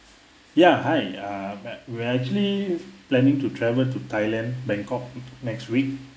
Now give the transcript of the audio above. ya hi uh we actually planning to travel to thailand bangkok next week